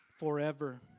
Forever